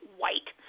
white